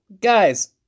Guys